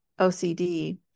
OCD